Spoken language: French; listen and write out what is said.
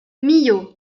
millau